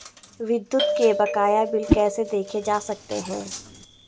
विद्युत के बकाया बिल कैसे देखे जा सकते हैं?